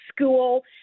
school